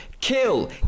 kill